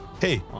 Hey